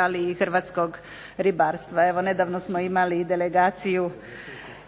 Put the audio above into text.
ali i hrvatskog ribarstva. Evo nedavno smo imali i delegaciju